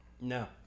No